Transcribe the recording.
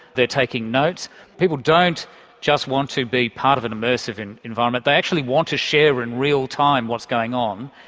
they're taking notes people don't just want to be part of an immersive environment, they actually want to share in real time what's going on,